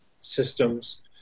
systems